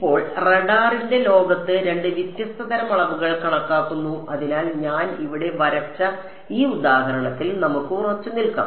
ഇപ്പോൾ റഡാറിന്റെ ലോകത്ത് രണ്ട് വ്യത്യസ്ത തരം അളവുകൾ കണക്കാക്കുന്നു അതിനാൽ ഞാൻ ഇവിടെ വരച്ച ഈ ഉദാഹരണത്തിൽ നമുക്ക് ഉറച്ചുനിൽക്കാം